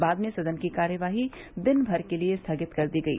बाद में सदन की कार्यवाही दिनभर के लिए स्थगित कर दी गई